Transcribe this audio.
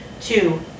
Two